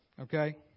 Okay